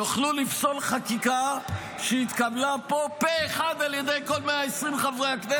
יוכלו לפסול חקיקה שהתקבלה פה פה אחד על ידי כל 120 חברי הכנסת.